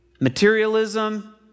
materialism